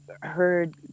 heard